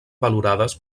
valorades